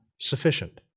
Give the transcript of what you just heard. sufficient